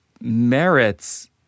merits